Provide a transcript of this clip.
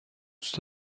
دوست